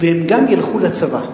והם גם ילכו לצבא,